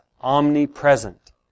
omnipresent